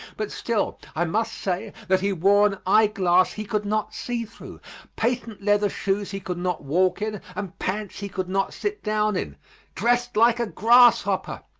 but still i must say that he wore an eye-glass he could not see through patent leather shoes he could not walk in, and pants he could not sit down in dressed like a grasshopper!